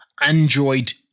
Android